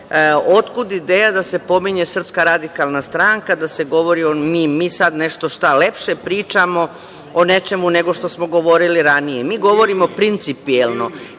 Otkud ideja da se pominje SRS, da se govori, mi sad nešto šta lepše pričamo o nečemu nego što smo govorili ranije? Mi govorimo principijelno.